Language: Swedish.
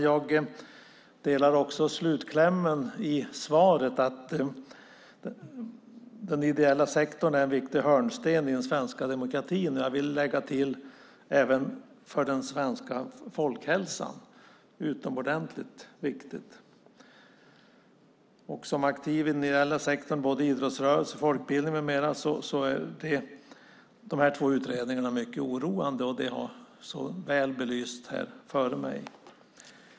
Jag delar också slutklämmen i svaret, att den ideella sektorn är en viktig hörnsten i den svenska demokratin. Jag vill lägga till att den är utomordentligt viktig även för den svenska folkhälsan. För aktiva i den ideella sektorn - det gäller idrottsrörelsen, folkbildningen med mera - är de här två utredningarna mycket oroande. Det har väl belysts av talare före mig.